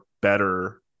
better